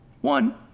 One